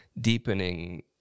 deepening